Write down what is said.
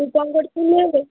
ତୁ କ'ଣ କରୁଥିଲୁ ଏବେ